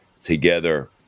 together